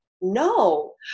no